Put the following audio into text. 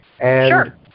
Sure